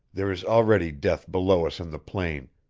there is already death below us in the plain,